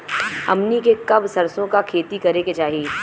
हमनी के कब सरसो क खेती करे के चाही?